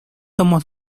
tomo